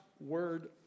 word